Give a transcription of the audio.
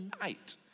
night